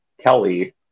Kelly